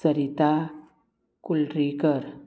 Sarita Kulrikar